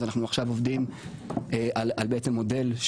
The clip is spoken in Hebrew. אז אנחנו עכשיו עובדים על מודל,